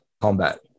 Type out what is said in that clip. combat